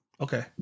Okay